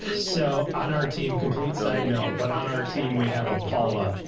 so on our team, complete side note, but on our team, we have a, paula.